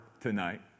tonight